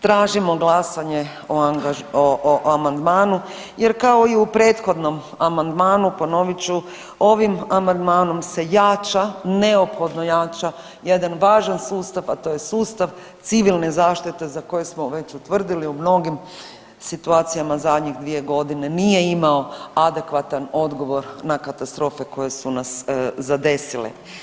Tražimo glasanje o amandmanu jer kao i u prethodnom amandmanu, ponovit ću, ovim amandmanom se jača, neophodno jača jedan važan sustav, a to je sustav civilne zaštite za koje smo već utvrdili u mnogim situacijama zadnjih 2.g. nije imao adekvatan odgovor na katastrofe koje su nas zadesile.